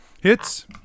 Hits